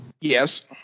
Yes